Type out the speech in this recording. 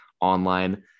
online